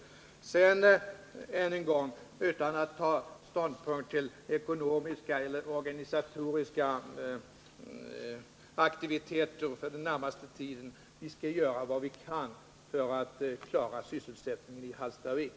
Jag Vill än en gång säga, utan att ta ställning till ekonomiska eller organisatoriska aktiviteter för den närmaste tiden, att vi skall göra vad vi kan för att klara sysselsättningen i Hallstavik.